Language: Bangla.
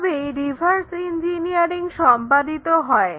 এভাবেই রিভার্স ইঞ্জিনিয়ারিং সম্পাদিত হয়